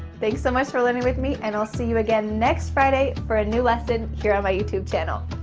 thanks so much for learning with me and i'll see you again next friday for a new lesson here on my youtube channel.